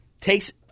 takes